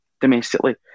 domestically